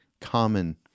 common